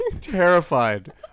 Terrified